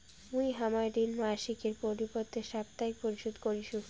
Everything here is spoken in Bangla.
মুই হামার ঋণ মাসিকের পরিবর্তে সাপ্তাহিক পরিশোধ করিসু